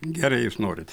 gerai jūs norit